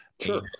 Sure